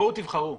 בואו תבחרו.